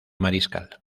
mariscal